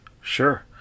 Sure